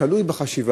זה תלוי בחשיבה,